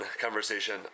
conversation